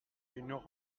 n’auraient